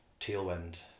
tailwind